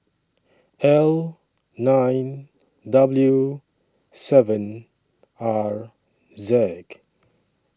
L nine W seven R Z